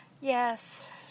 Yes